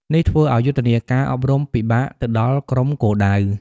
នេះធ្វើឱ្យយុទ្ធនាការអប់រំពិបាកទៅដល់ក្រុមគោលដៅ។